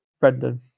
Brendan